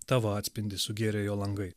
tavo atspindį sugėrė jo langai